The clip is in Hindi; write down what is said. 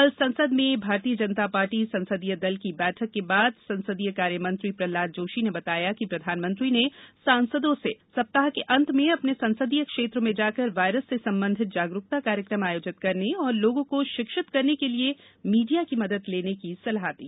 कल संसद में भारतीय जनता पार्टी संसदीय दल की बैठक के बाद संसदीय कार्यमंत्री प्रल्हाद जोशी ने बताया कि प्रधानमंत्री ने सांसदों से सप्ताह के अंत में अपने संसदीय क्षेत्रों में जाकर वायरस से संबंधित जागरूकता कार्यक्रम आयोजित करने तथा लोगों को शिक्षित करने के लिए मीडिया की मदद लेने की भी सलाह दी